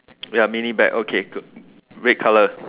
ya mini bag okay good red colour